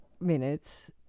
minutes